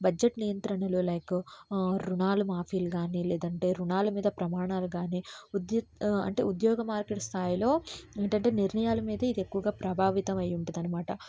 budget నియంత్రణలో like రుణాలు మాఫీలు కానీ లేదంటే రుణాల మీద ప్రమాణాలు కానీ ఉద్యుత్ అంటే ఉద్యోగ మార్కెట్ స్థాయిలో ఏంటంటే నిర్ణయాల మీదే ఇది ఎక్కువగా ప్రభావితం అయి ఉంటుంది అనమాట